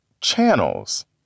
channels